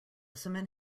cement